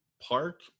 park